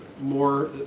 more